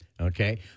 okay